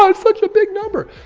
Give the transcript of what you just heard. um such a big number.